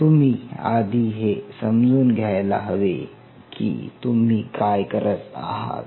तुम्ही आधी हे समजून घ्यायला हवे की तुम्ही काय करत आहात